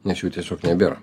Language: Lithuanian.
nes jų tiesiog nebėra